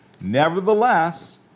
Nevertheless